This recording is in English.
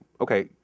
okay